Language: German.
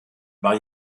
war